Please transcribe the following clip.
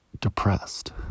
depressed